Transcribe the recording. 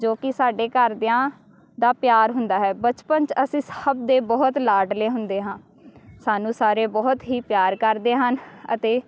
ਜੋ ਕਿ ਸਾਡੇ ਘਰਦਿਆਂ ਦਾ ਪਿਆਰ ਹੁੰਦਾ ਹੈ ਬਚਪਨ 'ਚ ਅਸੀਂ ਸਭ ਦੇ ਬਹੁਤ ਲਾਡਲੇ ਹੁੰਦੇ ਹਾਂ ਸਾਨੂੰ ਸਾਰੇ ਬਹੁਤ ਹੀ ਪਿਆਰ ਕਰਦੇ ਹਨ ਅਤੇ